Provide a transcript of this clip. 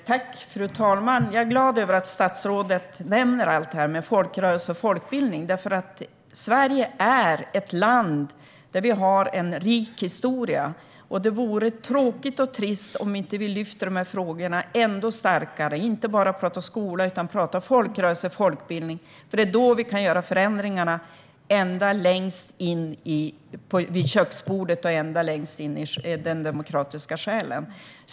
Fru talman! Jag är glad över att statsrådet nämner allt detta med folkrörelse och folkbildning. Sverige är ett land där vi har en rik historia. Det vore tråkigt och trist om vi inte lyfter frågorna ännu starkare. Det gäller att inte bara tala om skola utan att även tala om folkrörelse och folkbildning. Det är då vi kan göra förändringarna ända längst in vid köksbordet och in i den demokratiska själen.